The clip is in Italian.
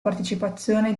partecipazione